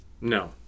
No